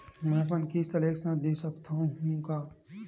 मै अपन किस्त ल एक साथ दे सकत हु का?